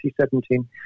2017